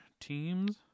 Teams